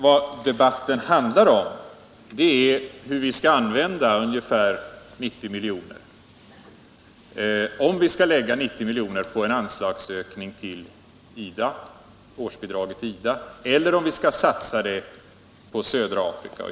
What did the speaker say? Vac debatten handlar om är hur vi skall använda ungefär 90 milj.kr. -- om vi skall lägga det beloppet på en ökning av årsbidraget till IDA eller om vi skall satsa det på södra Afrika.